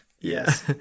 Yes